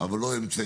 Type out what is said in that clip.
אבל לא אמצעים